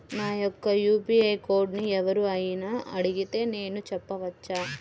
నా యొక్క యూ.పీ.ఐ కోడ్ని ఎవరు అయినా అడిగితే నేను చెప్పవచ్చా?